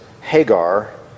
Hagar